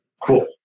Cool